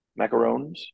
Macarons